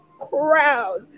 crowd